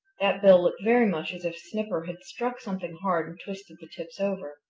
that bill looked very much as if snipper had struck something hard and twisted the tips over.